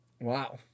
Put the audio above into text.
Wow